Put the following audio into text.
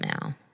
now